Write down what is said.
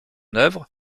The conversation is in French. œuvre